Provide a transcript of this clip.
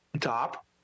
top